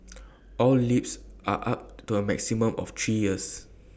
all leases are up to A maximum of three years